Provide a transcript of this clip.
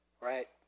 right